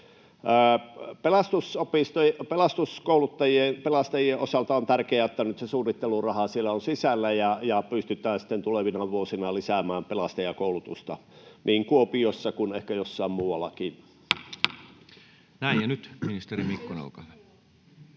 hetkellä on. Pelastuskouluttajien, pelastajien osalta on tärkeää, että nyt se suunnitteluraha siellä on sisällä ja pystytään sitten tulevina vuosina lisäämään pelastajakoulutusta niin Kuopiossa kuin ehkä jossain muuallakin. Näin. — Nyt ministeri Mikkonen, olkaa hyvä.